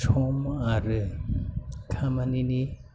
सम आरो खामानिनि